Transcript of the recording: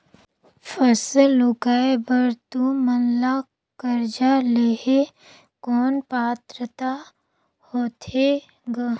फसल उगाय बर तू मन ला कर्जा लेहे कौन पात्रता होथे ग?